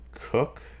Cook